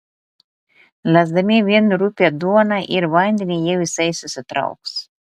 lesdami vien rupią duoną ir vandenį jie visai susitrauks